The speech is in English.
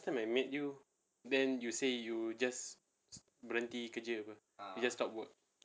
time I met you then you say you just berhenti kerja [pe] you just stop work